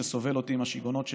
שסובל אותי עם השיגעונות שלי,